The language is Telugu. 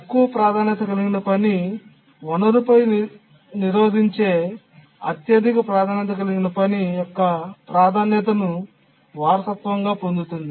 తక్కువ ప్రాధాన్యత కలిగిన పని వనరుపై నిరోధించే అత్యధిక ప్రాధాన్యత కలిగిన పని యొక్క ప్రాధాన్యతను వారసత్వంగా పొందుతుంది